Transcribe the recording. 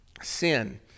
sin